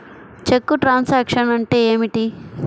చెక్కు truncation అంటే ఏమిటి?